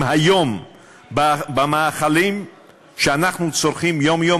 היום במאכלים שאנחנו צורכים יום-יום,